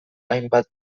hainbat